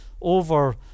over